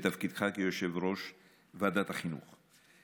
בתפקידך כיושב-ראש ועדת החינוך.